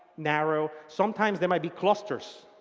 narrow, sometimes there might be clusters.